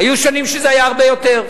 היו שנים שזה היה הרבה יותר.